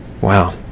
Wow